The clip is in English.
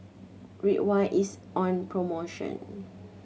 Ridwind is on promotion